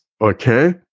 Okay